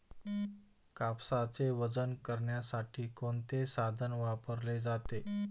कापसाचे वजन करण्यासाठी कोणते साधन वापरले जाते?